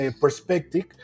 perspective